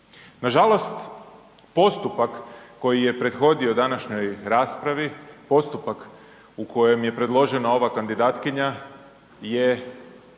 Nažalost postupak koji je prethodio današnjoj raspravi, postupak u kojem je predložena ova kandidatkinja je